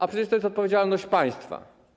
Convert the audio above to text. A przecież to jest odpowiedzialność państwa.